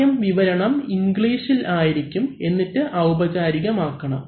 ആദ്യം വിവരണം ഇംഗ്ലീഷിൽ ആയിരിക്കും എന്നിട്ട് ഔപചാരികം ആക്കണം